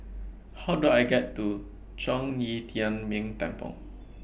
How Do I get to Zhong Yi Tian Ming Temple